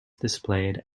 displayed